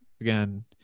again